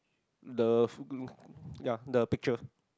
the ya the picture